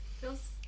Feels